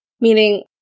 meaning